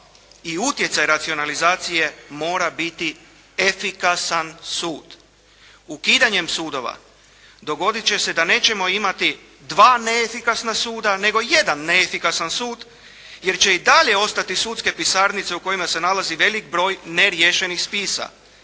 i utjecaj racionalizacije mora biti efikasan sud. Ukidanjem sudova dogodit će se da nećemo imati 2 neefikasna suda nego jedan neefikasan sud, jer će i dalje ostati sudske pisarnice u kojima se nalazi veliki broj neriješenih spisa.